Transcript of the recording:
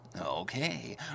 Okay